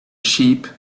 sheep